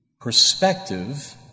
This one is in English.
perspective